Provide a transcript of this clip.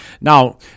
Now